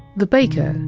the baker,